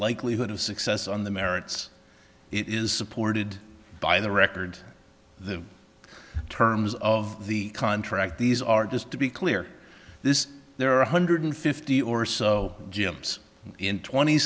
likelihood of success on the merits it is supported by the record the terms of the contract these are just to be clear this there are one hundred fifty or so jumps in twenty